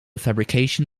fabrication